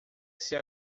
ser